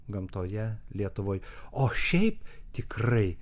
gamtoje lietuvoje o šiaip tikrai